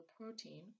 protein